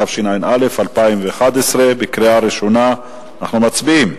התשע"א 2011. אנחנו מצביעים.